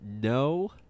No